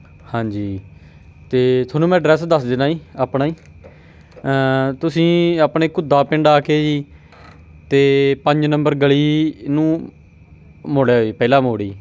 ਹਾਂਜੀ ਅਤੇ ਤੁਹਾਨੂੰ ਮੈਂ ਅਡਰੈਸ ਦੱਸ ਦਿੰਦਾ ਜੀ ਆਪਣਾ ਜੀ ਤੁਸੀਂ ਆਪਣੇ ਘੁੱਦਾ ਪਿੰਡ ਆ ਕੇ ਜੀ ਅਤੇ ਪੰਜ ਨੰਬਰ ਗਲੀ ਨੂੰ ਮੁੜਿਓ ਜੀ ਪਹਿਲਾ ਮੋੜ ਜੀ